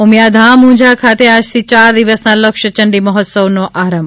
ઉમિયાધામ ઉંઝા ખાતે આજથી યાર દિવસના લક્ષયંડી મહોત્સવનો આરંભ